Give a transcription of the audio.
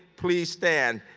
please stand.